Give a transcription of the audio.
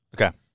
Okay